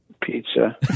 Pizza